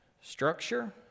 structure